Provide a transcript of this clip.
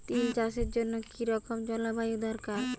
তিল চাষের জন্য কি রকম জলবায়ু দরকার?